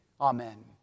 Amen